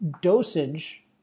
dosage